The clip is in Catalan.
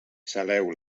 saleu